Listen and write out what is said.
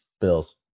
Bills